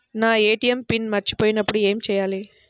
నా ATM PIN మర్చిపోయినప్పుడు ఏమి చేయాలి?